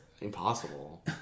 impossible